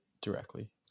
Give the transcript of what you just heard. directly